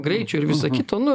greičio ir visa kita nu